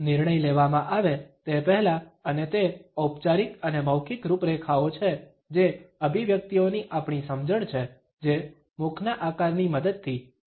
નિર્ણય લેવામાં આવે તે પહેલા અને તે ઔપચારિક અને મૌખિક રૂપરેખાઓ છે જે અભિવ્યક્તિઓની આપણી સમજણ છે જે મુખના આકારની મદદથી સંચારિત કરવામાં આવે છે